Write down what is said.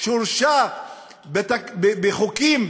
שורשה בחוקים,